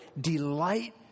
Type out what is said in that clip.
Delight